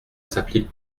s’applique